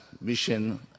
mission